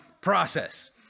process